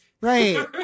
Right